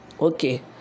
okay